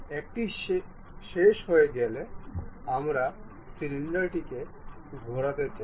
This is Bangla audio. এটি শেষ হয়ে গেলে আমরা সিলিন্ডারটিকে ঘোরাতে চাই